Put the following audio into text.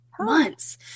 months